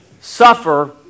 suffer